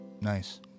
Nice